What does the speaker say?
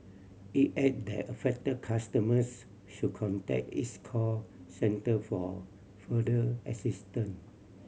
it added that affected customers should contact its call centre for further assistance